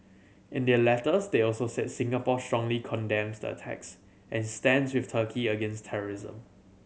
in their letters they also said Singapore strongly condemns the attacks and stands with Turkey against terrorism